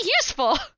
useful